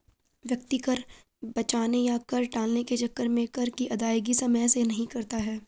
व्यक्ति कर बचाने या कर टालने के चक्कर में कर की अदायगी समय से नहीं करता है